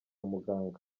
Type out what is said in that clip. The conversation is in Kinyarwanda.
muganga